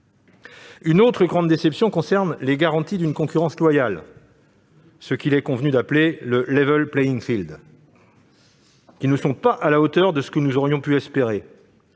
Une autre grande déception concerne les garanties d'une concurrence loyale, ce qu'il est convenu d'appeler le, qui ne sont pas à la hauteur de ce que nous aurions pu espérer.